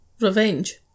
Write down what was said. revenge